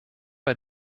bei